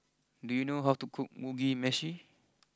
do you know how to cook Mugi Meshi